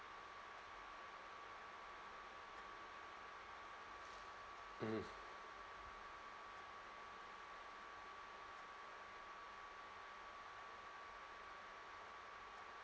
mm